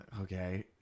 okay